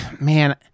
Man